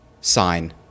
sign